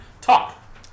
Talk